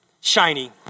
shiny